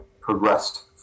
progressed